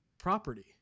property